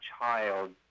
child